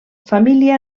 família